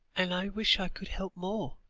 and i wish i could help more.